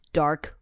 dark